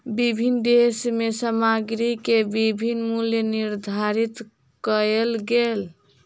विभिन्न देश में सामग्री के विभिन्न मूल्य निर्धारित कएल गेल